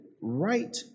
right